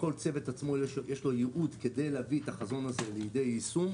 לכל צוות יש ייעוד כדי להביא את החזון הזה לידי יישום.